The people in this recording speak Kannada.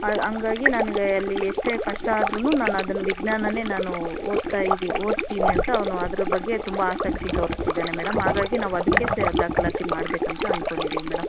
ಹಾಗಾಗಿ ನನಗೆ ಅಲ್ಲಿ ಎಷ್ಟೇ ಕಷ್ಟ ಆದ್ರು ನಾನು ಅದನ್ನು ವಿಜ್ಞಾನನೇ ನಾನು ಓತ್ತಾ ಇದಿ ಓದ್ತೀನಿ ಅಂತ ಅವನು ಅದರ ಬಗ್ಗೆ ತುಂಬ ಆಸಕ್ತಿ ತೋರಿಸ್ತಿದ್ದಾನೆ ಮೇಡಮ್ ಹಾಗಾಗಿ ನಾವು ಅದಕ್ಕೆ ಸೇ ದಾಖಲಾತಿ ಮಾಡಬೇಕಂತ ಅಂದ್ಕೊಂಡಿದಿವಿ ಮೇಡಮ್